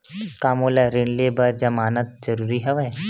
का मोला ऋण ले बर जमानत जरूरी हवय?